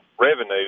revenue